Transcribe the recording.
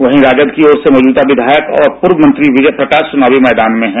वहीं राजद की ओर से मौजूदा विधायक और पूर्व मंत्री विजय प्रकाश चुनावी मैदान में हैं